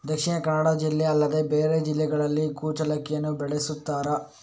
ದಕ್ಷಿಣ ಕನ್ನಡ ಜಿಲ್ಲೆ ಅಲ್ಲದೆ ಬೇರೆ ಜಿಲ್ಲೆಗಳಲ್ಲಿ ಕುಚ್ಚಲಕ್ಕಿಯನ್ನು ಬೆಳೆಸುತ್ತಾರಾ?